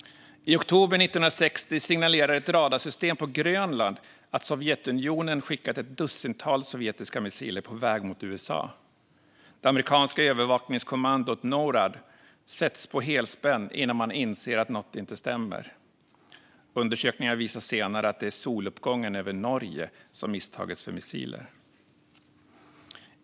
I oktober 1960 signalerar ett radarsystem på Grönland att Sovjetunionen skickat ett dussintal sovjetiska missiler på väg mot USA. Det amerikanska övervakningskommandot Norad sätts på helspänn innan man inser att det är något som inte stämmer. Undersökningar visar senare att det är soluppgången över Norge som misstagits för missiler.